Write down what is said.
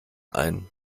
ein